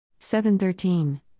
7-13